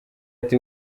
ati